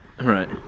Right